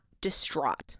distraught